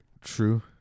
True